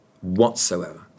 whatsoever